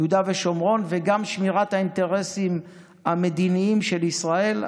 ביהודה ושומרון וגם שמירת האינטרסים המדיניים של ישראל,